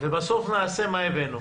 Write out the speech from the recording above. ובסוף נעשה את מה שהבאנו.